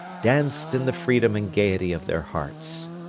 danced in the freedom and gaiety of their hearts.